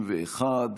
51),